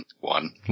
One